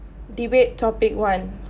debate topic one